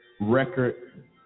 record